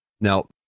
Now